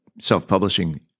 self-publishing